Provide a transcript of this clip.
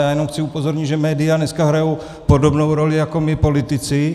Já jenom chci upozornit, že média dneska hrají podobnou roli jako my politici.